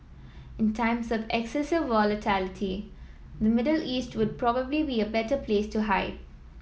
in times of excessive volatility the Middle East would probably be a better place to hide